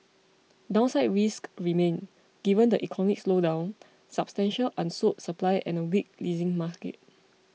downside risks remain given the economic slowdown substantial unsold supply and a weak leasing market